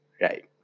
right